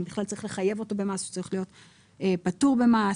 אם בכלל צריך לחייב אותו במס או שהוא צריך להיות פטור ממס,